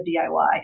DIY